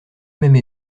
même